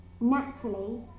naturally